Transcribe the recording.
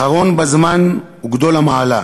אחרון בזמן וגדול המעלה,